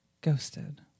Ghosted